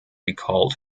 recalled